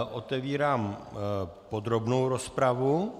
Otevírám podrobnou rozpravu.